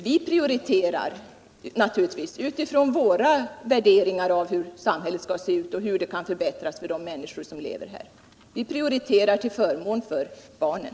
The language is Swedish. Vi prioriterar nwturligtvis utifrån våra värderingar om hur samhället skall se ut och hur det kan förbättras för de människor som lever här. Vi prioriterar i det här sammanhanget till förmån för barnen.